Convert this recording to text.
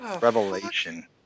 revelation